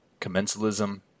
commensalism